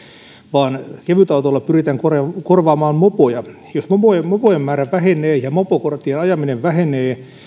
vaan kevytautolla pyritään korvaamaan korvaamaan mopoja niin jos mopojen määrä vähenee ja mopokorttien ajaminen vähenee